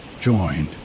joined